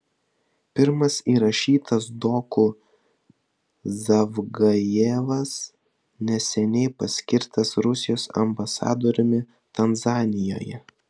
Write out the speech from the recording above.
pirmas įrašytas doku zavgajevas neseniai paskirtas rusijos ambasadoriumi tanzanijoje